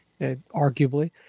arguably